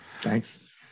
thanks